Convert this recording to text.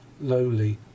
lowly